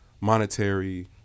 monetary